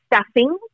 stuffing